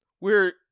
we're-